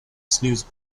snooze